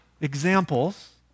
examples